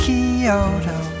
Kyoto